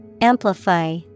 Amplify